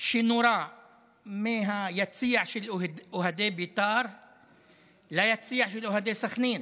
שנורה מהיציע של אוהדי בית"ר ליציע של אוהדי סח'נין